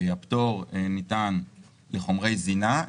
הפטור ניתן לחומרי זינה.